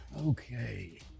Okay